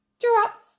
drops